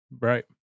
right